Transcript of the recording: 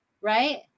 Right